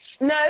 No